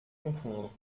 confondre